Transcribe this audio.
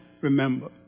remember